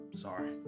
Sorry